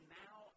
now